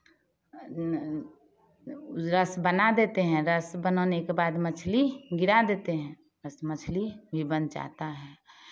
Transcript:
रस बना देते हैं रस बनाने के बाद मछली गिरा देते हैं बस मछली भी बन जाता है